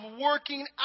working